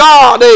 God